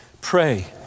pray